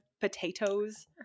potatoes